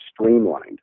streamlined